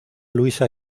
luisa